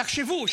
תחשבו,